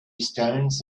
stones